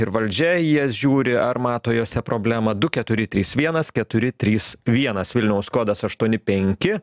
ir valdžia į jas žiūri ar mato jose problemą du keturi trys vienas keturi trys vienas vilniaus kodas aštuoni penki